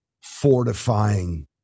fortifying